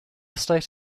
status